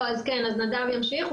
נדב ימשיך,